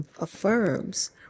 affirms